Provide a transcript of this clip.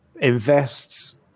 invests